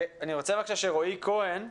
אני רוצה שרועי כהן,